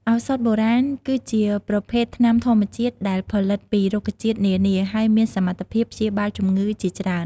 ឱសថបុរាណ គឺជាប្រភេទថ្នាំធម្មជាតិដែលផលិតពីរុក្ខជាតិនានា ហើយមានសមត្ថភាពព្យាបាលជម្ងឺជាច្រើន។